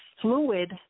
fluid